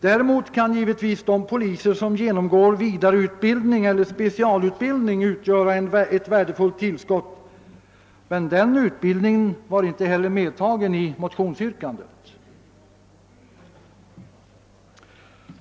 Däremot kan givetvis de poliser som genomgår vidareutbildning eller specialutbildning utgöra ett värdefullt tillskott, men den utbildningen var inte medtagen i motionsyrkandet.